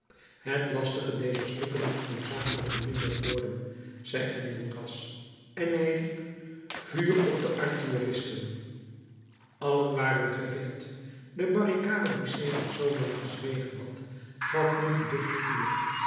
het lastige dezer stukken moet noodzakelijk verminderd worden zei enjolras en hij riep vuur op de artilleristen allen waren gereed de barricade die sedert zoolang gezwegen had gaf nu geducht vuur